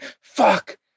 Fuck